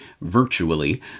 virtually